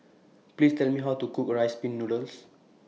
Please Tell Me How to Cook Rice Pin Noodles